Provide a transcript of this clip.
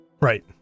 Right